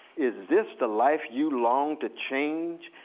is this the life you long to change?